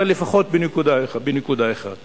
אבל לפחות בנקודה אחת,